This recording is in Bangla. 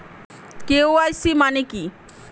কে.ওয়াই.সি মানে কি?